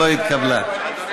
קבוצת סיעת הרשימה המשותפת,